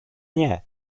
nie